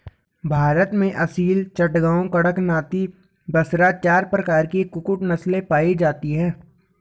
भारत में असील, चटगांव, कड़कनाथी, बसरा चार प्रकार की कुक्कुट नस्लें पाई जाती हैं